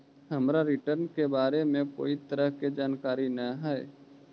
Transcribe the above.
हमरा रिटर्न के बारे में कोई तरह के जानकारी न हे